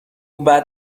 بعد